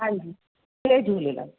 हांजी जय झूलेलाल